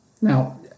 Now